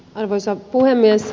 arvoisa puhemies